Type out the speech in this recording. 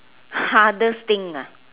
hardest thing ah